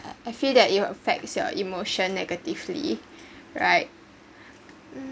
I feel that it will affects your emotion negatively right